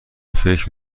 فکر